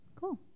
Cool